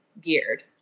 geared